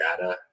data